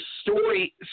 story